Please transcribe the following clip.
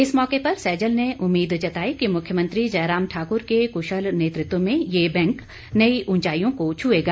इस मौके पर सैजल ने उम्मीद जताई कि मुख्यमंत्री जयराम ठाकुर के कुशल नेतृत्व में ये बैंक नई उंचाईयों को छुएगा